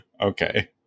Okay